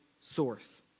source